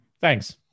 thanks